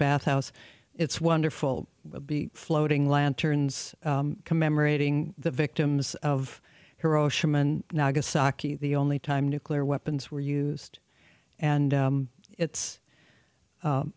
bath house it's wonderful to be floating lanterns commemorating the victims of hiroshima and nagasaki the only time nuclear weapons were used and it's